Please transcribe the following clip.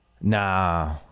Nah